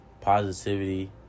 Positivity